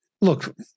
look